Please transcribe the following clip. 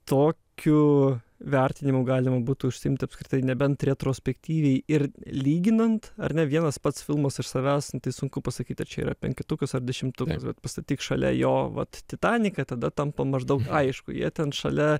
tokiu vertinimu galima būtų užsiimt apskritai nebent retrospektyviai ir lyginant ar ne vienas pats filmas iš savęs nu tai sunku pasakyt ar čia yra penketukus ar dešimtukas bet pastatyk šalia jo vat titaniką tada tampa maždaug aišku jie ten šalia